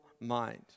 mind